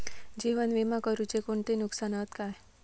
जीवन विमा करुचे कोणते नुकसान हत काय?